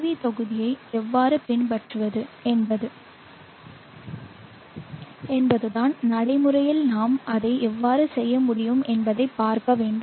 we தொகுதியை எவ்வாறு பின்பற்றுவது என்பதுதான் நடைமுறையில் நாம் அதை எவ்வாறு செய்ய முடியும் என்பதைப் பார்க்க வேண்டும்